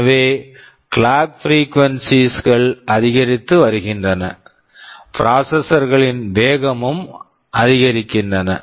எனவே clock frequencies clock frequencies கள் அதிகரித்து வருகின்றன ப்ராசசர்ஸ் processors களின் வேகமும் அதிகரிக்கின்றன